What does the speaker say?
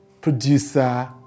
producer